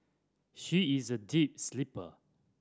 she is a deep sleeper